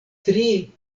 tri